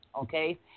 okay